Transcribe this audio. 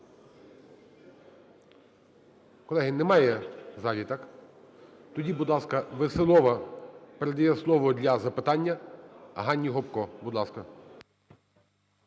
Колеги немає в залі, так? Тоді, будь ласка, Веселова. Передає слово для запитання Ганні Гопко,